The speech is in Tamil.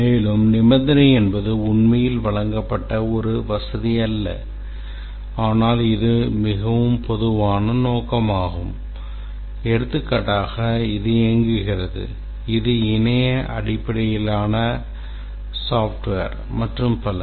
மேலும் நிபந்தனை என்பது உண்மையில் வழங்கப்பட்ட ஒரு வசதி அல்ல ஆனால் இது மிகவும் பொதுவான நோக்கமாகும் எடுத்துக்காட்டாக இது இயங்குகிறது இது இணைய அடிப்படையிலான மென்பொருள் மற்றும் பல